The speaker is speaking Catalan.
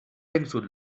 vençut